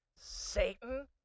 Satan